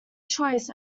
choice